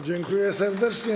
Dziękuję serdecznie.